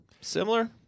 Similar